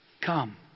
come